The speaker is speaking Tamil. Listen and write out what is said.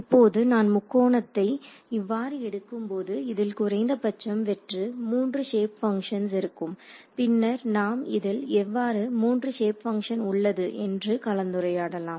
இப்போது நான் முக்கோணத்தை இவ்வாறு எடுக்கும்போது இதில் குறைந்தபட்சம் வெற்று 3 ஷேப் பங்க்ஷன் இருக்கும் பின்னர் நாம் இதில் எவ்வாறு 3 ஷேப் பங்ஷன் உள்ளது என்று கலந்துரையாடலாம்